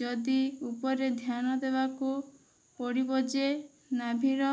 ଯଦି ଉପରେ ଧ୍ୟାନ ଦେବାକୁ ପଡ଼ିବ ଯେ ନାଭିର